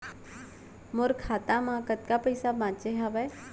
मोर खाता मा कतका पइसा बांचे हवय?